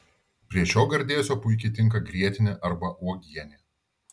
prie šio gardėsio puikiai tinka grietinė arba uogienė